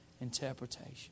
interpretation